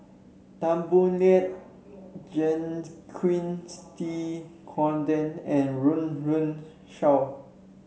Tan Boo Liat Jacques De Coutre and Run Run Shaw